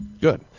Good